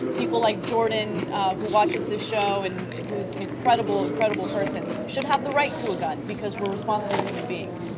people like jordan who watches the show and who is an incredible incredible person should have the right to a gun because we are responsible human beings.